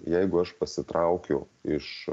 jeigu aš pasitraukiu iš